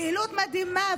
פעילות מדהימה.